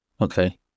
okay